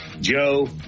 Joe